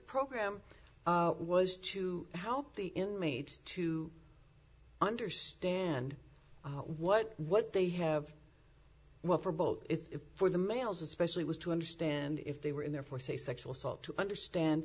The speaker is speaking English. program it was to help the inmates to understand what what they have well for both it's for the males especially was to understand if they were in there for say sexual assault to understand